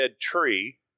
tree